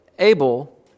Abel